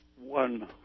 one